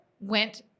went